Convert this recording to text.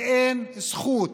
ואין זכות